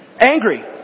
Angry